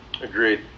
Agreed